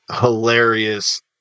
hilarious